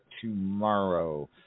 tomorrow